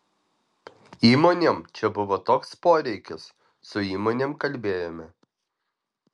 įmonėm čia buvo toks poreikis su įmonėm kalbėjome